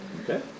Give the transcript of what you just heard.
Okay